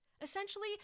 Essentially